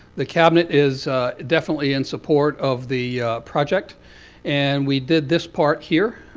the cabinet is definitely in support of the project and we did this part here.